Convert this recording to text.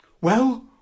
Well